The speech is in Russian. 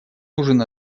нужен